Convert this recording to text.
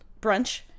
brunch